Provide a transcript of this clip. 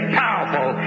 powerful